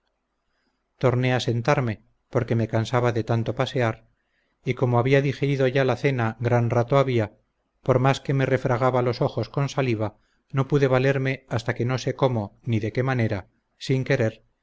a sentarme porque me cansaba de tanto pasear y como había digerido ya la cena gran rato había por más que me refregaba los ojos con saliva no pude valerme hasta que no sé cómo ni de qué manera sin querer